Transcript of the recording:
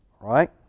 right